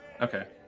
Okay